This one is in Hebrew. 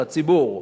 של הציבור,